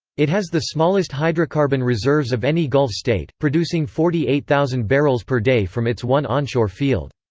it has the smallest hydrocarbon reserves of any gulf state, producing forty eight thousand barrels per day from its one onshore field.